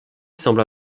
semble